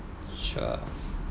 sure